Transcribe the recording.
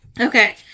Okay